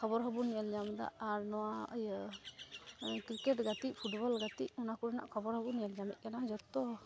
ᱠᱷᱚᱵᱚᱨ ᱦᱚᱸᱵᱚᱱ ᱧᱮᱞ ᱧᱟᱢᱮᱫᱟ ᱟᱨ ᱱᱚᱣᱟ ᱤᱭᱟᱹ ᱠᱨᱤᱠᱮᱴ ᱜᱟᱛᱮᱜ ᱯᱷᱩᱴᱵᱚᱞ ᱜᱟᱛᱮᱜ ᱚᱱᱟᱠᱚ ᱨᱮᱱᱟᱜ ᱠᱷᱚᱵᱚᱨᱦᱚᱸ ᱵᱚᱱ ᱧᱮᱞ ᱧᱟᱢᱮᱫ ᱠᱟᱱᱟ ᱡᱚᱛᱚ